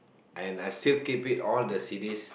and I still keep it all the C_D